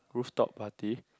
rooftop party